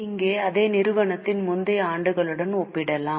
இங்கேயும் அதே நிறுவனத்தின் முந்தைய ஆண்டுகளுடன் ஒப்பிடலாம்